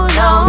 no